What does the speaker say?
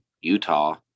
Utah